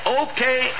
okay